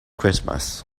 christmas